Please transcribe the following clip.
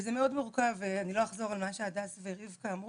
וזה מאוד מורכב ואני לא אחזור על מה שהדס ורבקה כבר אמרו.